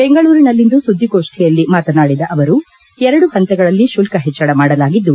ಬೆಂಗಳೂರಿನಲ್ಲಿಂದು ಸುದ್ದಿಗೋಷ್ಠಿಯಲ್ಲಿ ಮಾತನಾಡಿದ ಅವರು ಎರಡು ಹಂತಗಳಲ್ಲಿ ಶುಲ್ತ ಹೆಚ್ಚಳ ಮಾಡಲಾಗಿದ್ದು